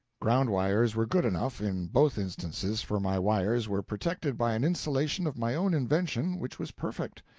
ground wires were good enough, in both instances, for my wires were protected by an insulation of my own invention which was perfect.